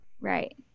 Right